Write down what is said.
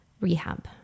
rehab